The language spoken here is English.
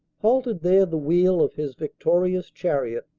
halted there the wheel of his victorious chariot,